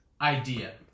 idea